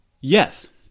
Yes